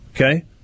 Okay